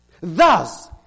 Thus